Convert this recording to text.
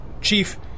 Chief